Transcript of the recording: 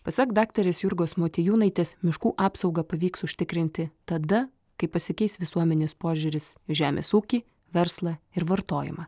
pasak daktarės jurgos motiejūnaitės miškų apsaugą pavyks užtikrinti tada kai pasikeis visuomenės požiūris žemės ūky verslą ir vartojimą